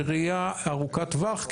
בראייה ארוכת טווח.